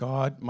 God